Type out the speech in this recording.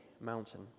mountain